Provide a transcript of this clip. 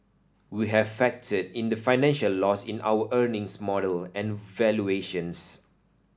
we have factored in the financial loss in our earnings model and valuations